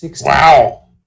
wow